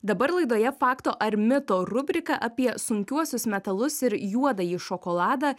dabar laidoje fakto ar mito rubrika apie sunkiuosius metalus ir juodąjį šokoladą